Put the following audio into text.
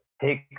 take